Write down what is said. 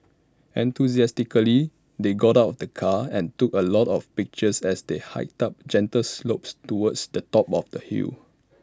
enthusiastically they got out of the car and took A lot of pictures as they hiked up gentle slopes towards the top of the hill